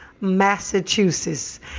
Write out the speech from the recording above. Massachusetts